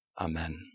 Amen